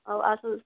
ଆଉ ଆସୁ